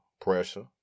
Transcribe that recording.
pressure